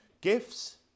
gifts